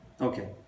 Okay